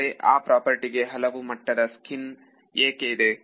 ಆದರೆ ಆ ಪ್ರಾಪರ್ಟಿ ಗೆ ಹಲವು ಮಟ್ಟದ ಸ್ಕಿನ್ ಏಕೆ ಇದೆ